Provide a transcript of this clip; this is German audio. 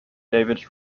david